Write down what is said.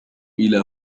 إلى